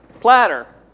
platter